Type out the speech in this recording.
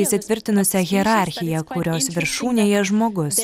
įsitvirtinusią hierarchiją kurios viršūnėje žmogus